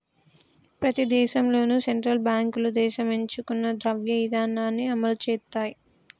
ప్రతి దేశంలోనూ సెంట్రల్ బ్యాంకులు దేశం ఎంచుకున్న ద్రవ్య ఇధానాన్ని అమలు చేత్తయ్